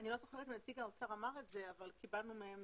אני לא זוכרת אם נציג האוצר אמר את זה אבל קיבלנו מהם